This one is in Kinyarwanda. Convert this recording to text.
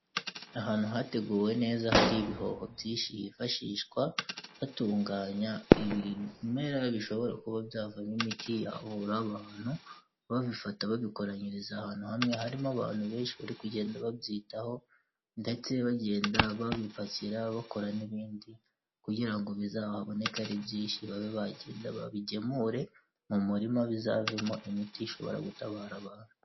Ahantu hateguwe neza hari ibihoho byinshi hifashishwa, hatunganya ibimera bishobora kuba byavamo imiti yahvura abantu, babifata babikoranyiriza ahantu hamwe harimo abantu benshi bari kugenda babyitaho ndetse bagenda babipakira bakora n'ibindi kugira ngo bizahaboneke ari byinshi, babe bagenda babigemure mu murima bizavemo imiti ishobora gutabara abantu.